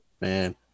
Man